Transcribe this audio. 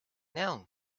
now